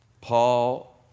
Paul